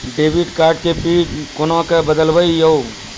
Debit card के pin कोना के बदलबै यो?